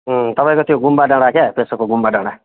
तपाईँको त्यहाँ गुम्बा डाँडा क्या पेसोकको गुम्बा डाँडा